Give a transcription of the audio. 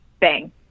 Bang